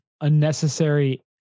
unnecessary